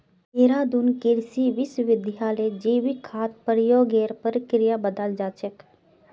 देहरादून कृषि विश्वविद्यालयत जैविक खाद उपयोगेर प्रक्रिया बताल जा छेक